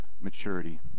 Maturity